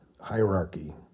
hierarchy